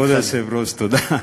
כבוד היושב-ראש, תודה.